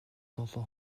долоо